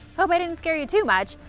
hope i didn't scare you too much!